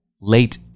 late